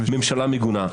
ממשלה מגונה.